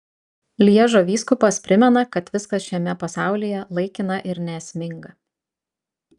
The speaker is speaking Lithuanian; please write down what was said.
lježo vyskupas primena kad viskas šiame pasaulyje laikina ir neesminga